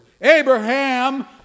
Abraham